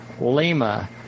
Lima